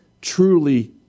truly